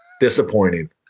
disappointing